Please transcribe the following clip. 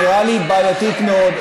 נראית לי בעייתית מאוד.